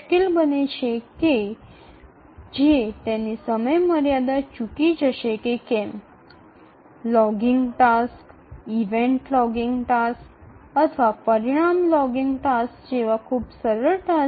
এমনকি সবচেয়ে গুরুত্বপূর্ণ বা গুরুতর কাজটি কোনও logging task event logging task বা ফলস্বরূপ লগিং টাস্কের মতো খুব সাধারণ